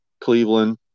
Cleveland